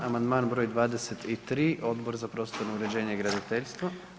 Amandman br. 23., Odbor za prostorno uređenje i graditeljstvo.